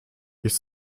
ich